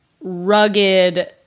rugged